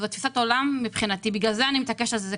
מבחינתי זו תפיסת עולם ולכן אני מתעקשת על זה.